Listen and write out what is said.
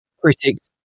critics